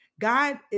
God